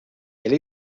elle